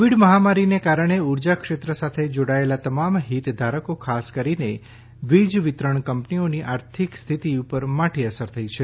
Covid મહામારીને કારણે ઉર્જા ક્ષેત્ર સાથે જોડાયેલા તમામ હિતધારકો ખાસ કરીને વીજ વિતરણ કંપનીઓની આર્થિક સ્થિતિ ઉપર માઠી અસર થઇ છે